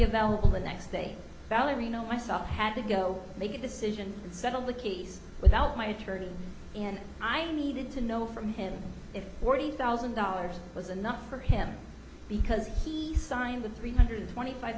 available the next day valerie you know myself had to go make a decision and settle the case without my attorney and i needed to know from him if forty thousand dollars was enough for him because he signed the three hundred twenty five